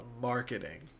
Marketing